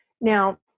Now